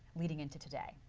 leading into today?